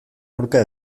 aurka